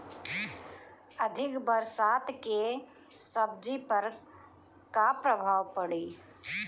अधिक बरसात के सब्जी पर का प्रभाव पड़ी?